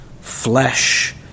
flesh